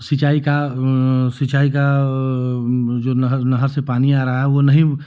सिंचाई का सिंचाई का जो नहर नहर से पानी आ रहा है वह नहीं